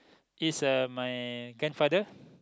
is uh my grandfather